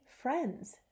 friends